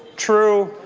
true